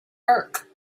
burke